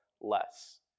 less